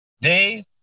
Dave